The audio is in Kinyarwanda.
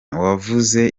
wavuze